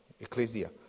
Ecclesia